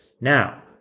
Now